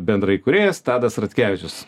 bendraįkūrėjas tadas ratkevičius